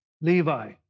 Levi